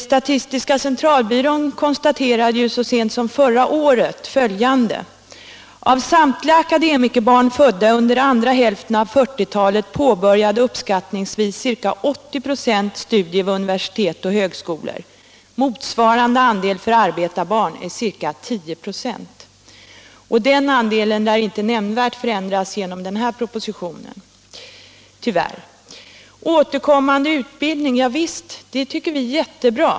Statistiska centralbyrån konstaterade så sent som förra året att av samtliga akademikerbarn, födda under andra hälften av 1940-talet, påbörjade uppskattningsvis ca 80 96 studier vid universitet och högskolor, medan motsvarande andel för arbetarbarn är ca 10 96. Den andelen lär tyvärr inte nämnvärt förändras genom denna proposition. Återkommande utbildning tycker vi är jättebra.